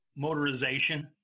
motorization